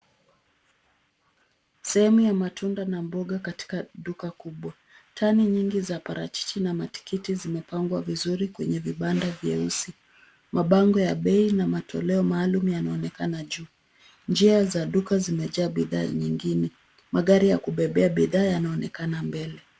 Sehemu ya matunda na mboga katika duka kubwa. Tani nyingi za parachichi na matikiti zimepangwa vizuri kwenye vibanda vyeusi. Mabango ya bei na matoleo maalum yanaonekana juu. Njia za duka zimejaa bidhaa nyingine. Magari ya kubebea bidhaa yanaonekana mbele.